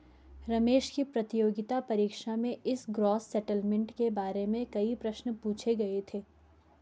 रमेश की प्रतियोगिता परीक्षा में इस ग्रॉस सेटलमेंट के बारे में कई प्रश्न पूछे गए थे